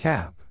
Cap